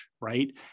right